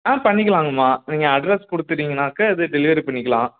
ஆ பண்ணிக்கலாங்கம்மா நீங்கள் அட்ரஸ் கொடுத்துட்டீங்கன்னாக்க அது டெலிவரி பண்ணிக்கலாம்